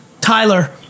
Tyler